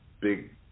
big